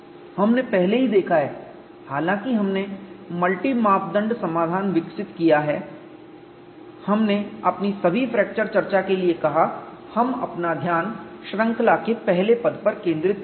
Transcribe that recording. हमने पहले ही देखा है हालांकि हमने मल्टी मापदंड समाधान विकसित किया है हमने अपनी सभी फ्रैक्चर चर्चा के लिए कहा हम अपना ध्यान श्रृंखला के पहले पद पर केंद्रित करेंगे